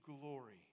glory